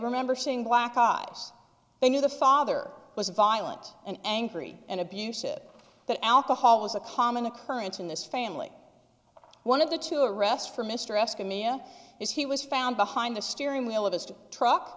remember seeing black eyes they knew the father was violent and angry and abusive that alcohol was a common occurrence in this family one of the two a rest for mr escott mia is he was found behind the steering wheel of his to truck